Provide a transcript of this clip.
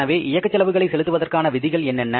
எனவே இயக்கச் செலவுகளை செலுத்துவதற்கான விதிகள் என்னென்ன